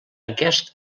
aquest